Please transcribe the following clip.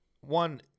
one